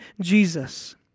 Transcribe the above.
Jesus